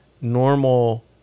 normal